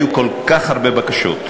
אמרתי שהיו כל כך הרבה בקשות,